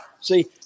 See